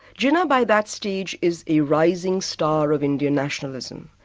jinnah, by that stage is a rising star of indian nationalism.